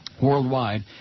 worldwide